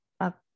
up